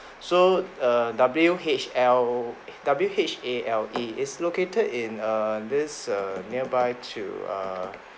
so err W H L W H A L E it is located in err this err nearby to err